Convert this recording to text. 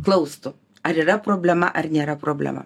klaustų ar yra problema ar nėra problema